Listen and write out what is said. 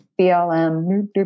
BLM